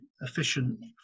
efficient